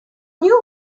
new